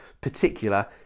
particular